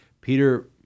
Peter